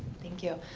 thank you,